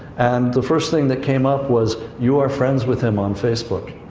and the first thing that came up was, you are friends with him on facebook.